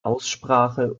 aussprache